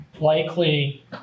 likely